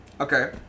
Okay